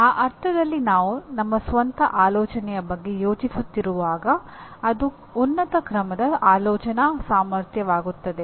ಆ ಅರ್ಥದಲ್ಲಿ ನಾವು ನಮ್ಮ ಸ್ವಂತ ಆಲೋಚನೆಯ ಬಗ್ಗೆ ಯೋಚಿಸುತ್ತಿರುವಾಗ ಅದು ಉನ್ನತ ಕ್ರಮದ ಆಲೋಚನಾ ಸಾಮರ್ಥ್ಯವಾಗುತ್ತದೆ